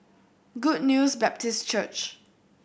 Good News Baptist Church